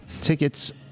tickets